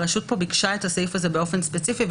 הרשות ביקשה את הסעיף הזה באופן ספציפי.